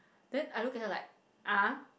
then I look at her like ah